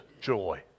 joy